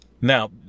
Now